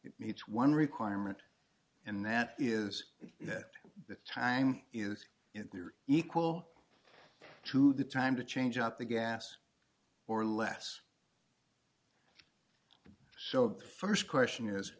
it meets one requirement and that is that the time it's equal to the time to change up the gas or less so the st question is